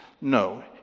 No